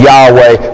Yahweh